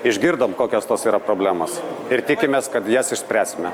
išgirdom kokios tos yra problemos ir tikimės kad jas išspręsime